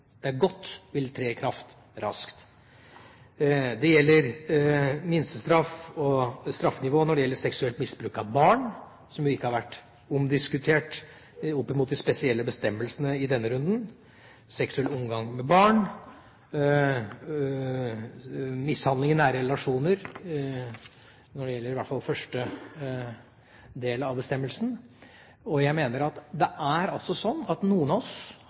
det er godt at vil tre i kraft raskt. Det gjelder minstestraff og straffenivå for seksuelt misbruk av barn – som jo ikke har vært omdiskutert opp imot de spesielle bestemmelsene i denne runden – seksuell omgang med barn, mishandling i nære relasjoner når det i hvert fall gjelder første del av bestemmelsen. Jeg mener at det altså er sånn at noen av oss